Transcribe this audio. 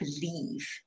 believe